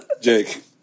Jake